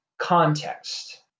context